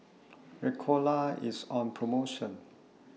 Ricola IS on promotion